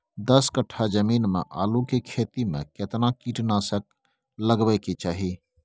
दस कट्ठा जमीन में आलू के खेती म केतना कीट नासक लगबै के चाही?